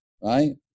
right